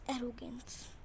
arrogance